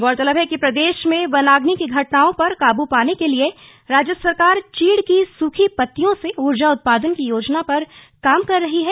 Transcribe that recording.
गौरतलब है कि प्रदेश में वनाग्नि की घटनाओं पर काबू पाने के लिए राज्य सरकार चीड़ की सुखी पत्तियों से ऊर्जा उत्पादन की योजना पर काम कर रही है